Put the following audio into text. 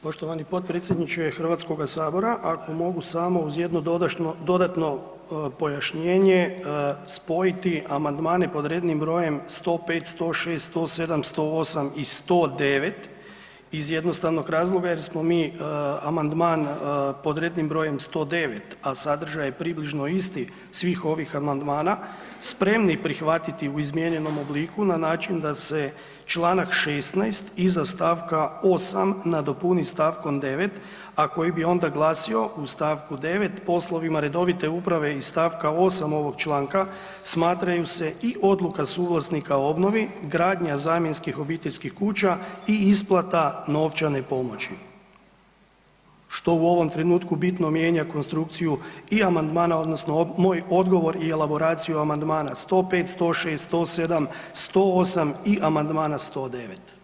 Poštovani potpredsjedniče Hrvatskoga sabora ako mogu samo uz jedno dodatno pojašnjenje spojiti Amandmane pod rednim brojem 105., 106., 107., 108. i 109. iz jednostavnog razloga jer smo mi Amandman pod rednim brojem 109., a sadržaj je približno isti svih ovih amandmana spremni prihvatiti u izmijenjenom obliku na način da se Članak 16. iza stavka 8. nadopuni stavkom 9. a koji bi onda glasio u stavku 9.: „Poslovima redovite uprave iz stavka 8. ovoga članka smatraju se i odluka suvlasnika o obnovi, gradnja zamjenskih obiteljskih kuća i isplata novčane pomoći.“ što u ovom trenutku bitno mijenja konstrukciju i amandmana odnosno moj odgovor i elaboraciju Amandmana 105., 106., 107., 108. i Amandmana 109.